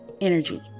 energy